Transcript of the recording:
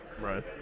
Right